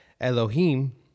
Elohim